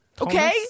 Okay